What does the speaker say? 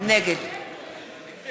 נגד יחיאל